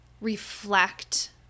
reflect